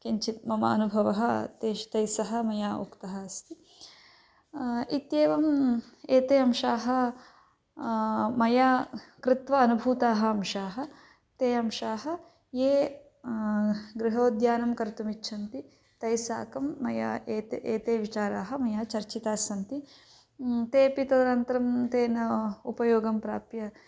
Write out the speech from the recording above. किञ्चित् मम अनुभवः तेश् तैस्सह मया उक्तः अस्ति इत्येवम् एते अंशाः मया कृत्वा अनुभूताः अंशाः ते अंशाः ये गृहोद्यानं कर्तुम् इच्छन्ति तैस्साकं मया एते एते विचाराः मया चर्चितास्सन्ति तेपि तदनन्तरं तेन उपयोगं प्राप्य